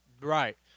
right